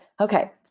Okay